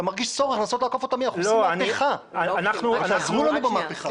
תעזרו לנו במהפכה.